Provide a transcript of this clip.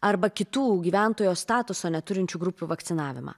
arba kitų gyventojo statuso neturinčių grupių vakcinavimą